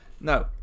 no